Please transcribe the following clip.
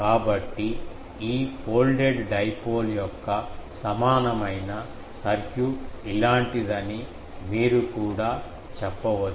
కాబట్టి ఈ folded dipole యొక్క సమానమైన సర్క్యూట్ ఇలాంటిదని మీరు కూడా చెప్పవచ్చు